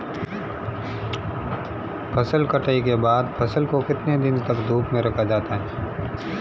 फसल कटाई के बाद फ़सल को कितने दिन तक धूप में रखा जाता है?